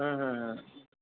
हं हं हं